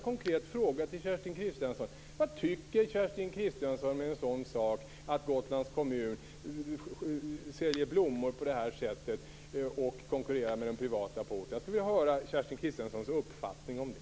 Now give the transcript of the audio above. Kristiansson: Vad tycker Kerstin Kristiansson om en sådan sak som att Gotlands kommun säljer blommor på det här sättet och konkurrerar med de privata företagen på orten? Jag skulle vilja höra Kerstin Kristianssons uppfattning om det.